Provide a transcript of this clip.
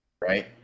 right